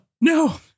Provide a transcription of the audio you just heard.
No